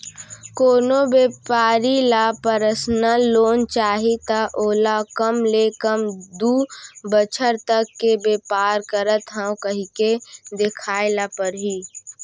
कोनो बेपारी ल परसनल लोन चाही त ओला कम ले कम दू बछर तक के बेपार करत हँव कहिके देखाए ल परही